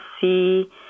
see